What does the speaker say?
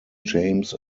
james